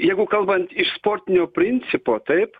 jeigu kalbant iš sportinio principo taip